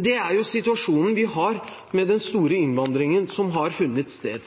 er situasjonen vi har med den store innvandringen som har funnet sted.